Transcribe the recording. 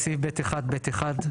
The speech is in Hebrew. בסעיף (ב1)(ב)(1),